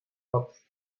hat